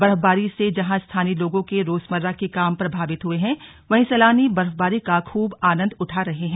बर्फबारी से जहां स्थानीय लोगों के रोजमर्रा के काम प्रभावित हुए हैं वहीं सैलानी बर्फबारी का खूब आनंद उठा रहे हैं